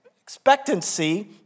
expectancy